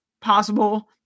Possible